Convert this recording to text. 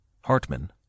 Hartman